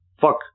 fuck